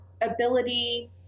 ability